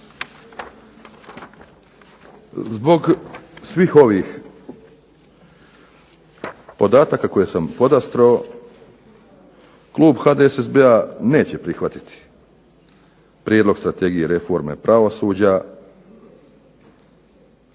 Zbog svih ovih podataka koje sam podastro klub HDSSB-a neće prihvatiti prijedlog Strategije reforme pravosuđa